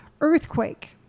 Earthquake